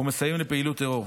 ומסייעים לפעילות טרור.